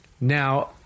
Now